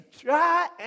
try